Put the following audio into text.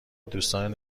دوستان